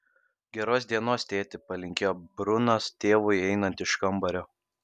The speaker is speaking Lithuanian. geros dienos tėti palinkėjo brunas tėvui einant iš kambario